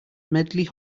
medley